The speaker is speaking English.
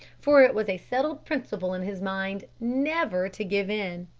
for it was a settled principle in his mind never to give in.